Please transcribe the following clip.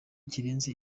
kirenze